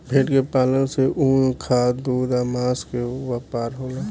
भेड़ के पालन से ऊन, खाद, दूध आ मांस के व्यापार होला